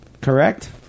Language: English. Correct